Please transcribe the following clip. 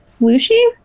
Lucy